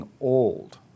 old